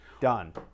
Done